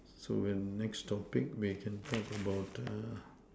so well next topic we can talk about